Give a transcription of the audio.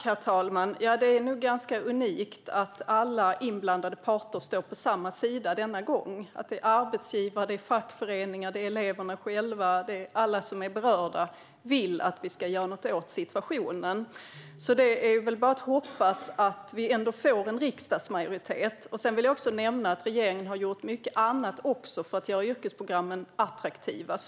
Herr talman! Det är nog ganska unikt att alla inblandade parter står på samma sida här. Arbetsgivare, fackföreningar, eleverna själva och alla som är berörda vill att vi ska göra någonting åt situationen. Det är väl bara att hoppas att det blir en riksdagsmajoritet. Sedan vill jag också nämna att regeringen har gjort mycket annat också för att göra yrkesprogrammen attraktiva.